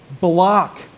block